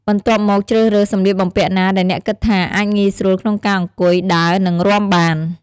បន្ទាប់មកជ្រើសរើសសម្លៀកបំពាក់ណាដែលអ្នកគិតថាអាចងាយស្រួលក្នុងការអង្គុយ ដើរ និងរាំបាន។